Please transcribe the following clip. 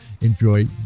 enjoy